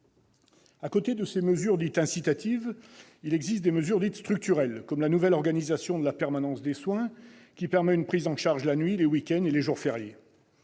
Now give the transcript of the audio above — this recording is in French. À côté de ces mesures dites « incitatives » existent les mesures dites « structurelles », comme la nouvelle organisation de la permanence des soins, qui permet une prise en charge la nuit, les week-ends et les jours fériés.